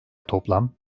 toplam